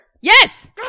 Yes